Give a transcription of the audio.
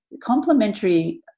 complementary